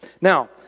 Now